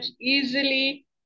easily